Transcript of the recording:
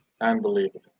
Unbelievable